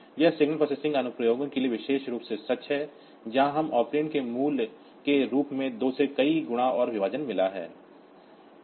यह signal processing अनुप्रयोगों के लिए विशेष रूप से सच है जहां हमें ऑपरेंड के मूल के रूप में 2 से कई गुणा और विभाजन मिला है